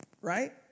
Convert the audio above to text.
right